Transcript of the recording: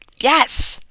Yes